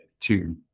two